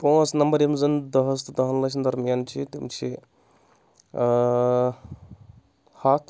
پانٛژھ نمَبر یِم زَن دہس تہٕ دَہَن لَچھَن درمِیان چھِ تِم چھِ ہَتھ